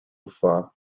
far